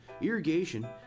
irrigation